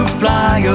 fly